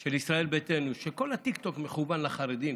של ישראל ביתנו שכל הטיקטוק מכוון לחרדים,